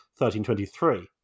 1323